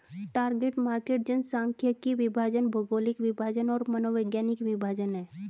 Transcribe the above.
target market जनसांख्यिकीय विभाजन, भौगोलिक विभाजन और मनोवैज्ञानिक विभाजन हैं